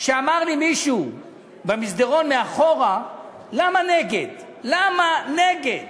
שאמר לי מישהו במסדרון מאחורה למה נגד: למה נגד?